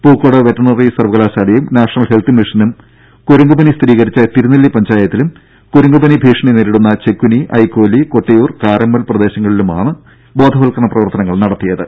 Pookode veterinary സർവകലാശാലയും national health മിഷനും കുരങ്ങുപനി സ്ഥിരീകരിച്ച തിരുനെല്ലി പഞ്ചായത്തിലും കുരങ്ങുപനി ഭീഷണി നേരിടുന്ന ചെക്കുനി ഐക്കോലി കൊട്ടിയൂർ കാരമ്മൽ പ്രദേശങ്ങളിലുമാണ് ബോധവത്കരണ പ്രവർത്തനങ്ങൾ നടത്തിയത്